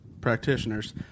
practitioners